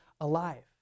alive